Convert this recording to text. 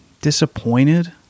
disappointed